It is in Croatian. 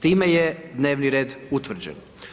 Time je dnevni red utvrđen.